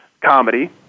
comedy